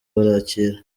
barakira